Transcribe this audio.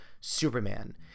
Superman